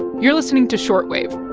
you're listening to short wave.